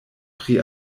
pri